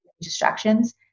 distractions